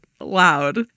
loud